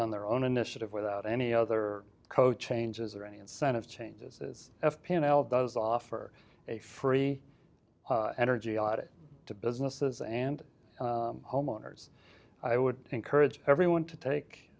on their own initiative without any other coach changes or any incentive changes is f p and l does offer a free energy audit to businesses and homeowners i would encourage everyone to take